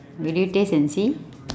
will you taste and see